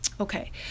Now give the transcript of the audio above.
Okay